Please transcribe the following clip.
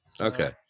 okay